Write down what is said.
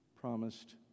promised